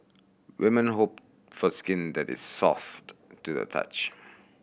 women hope for skin that is soft to the touch